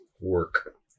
work